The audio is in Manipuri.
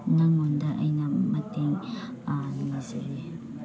ꯅꯉꯣꯟꯗ ꯑꯩꯅ ꯃꯇꯦꯡ ꯅꯤꯖꯔꯤ